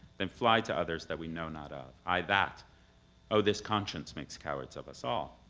than fly to others that we know not of. ay that o, this conscience makes cowards of us all.